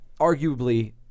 arguably